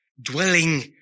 dwelling